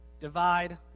Divide